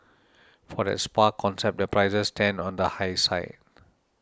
for that spa concept their prices stand on the high side